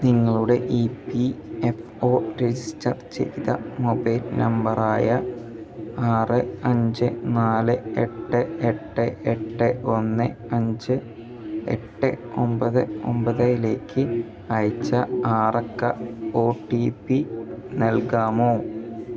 നിങ്ങളുടെ E P F O register ചെയ്ത mobile number ആയ ആറ് അഞ്ച് നാല് എട്ട് എട്ട് എട്ട് ഒന്ന് അഞ്ച് എട്ട് ഒമ്പത് ഒമ്പതിലേക്ക് അയച്ച ആറക്ക ഒ ടി പി നൽകാമോ